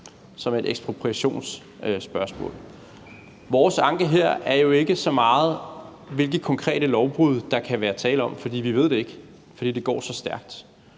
som et ekspropriationsspørgsmål. Vores anke her er ikke så meget, hvilke konkrete lovbrud der kan være tale om, for vi ved det ikke, fordi det går så stærkt.